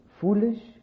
foolish